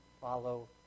follow